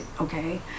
okay